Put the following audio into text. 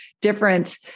different